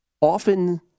often